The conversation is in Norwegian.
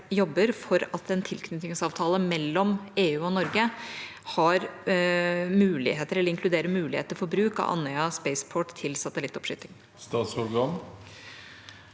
for at en tilknytningsavtale mellom EU og Norge inkluderer muligheter for bruk av Andøya Spaceport til satellittoppskyting? Statsråd